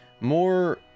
more